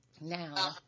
Now